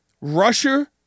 Russia